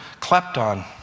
klepton